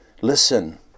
listen